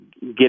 get